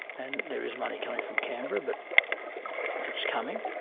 and there is money coming from canberra, but it's coming.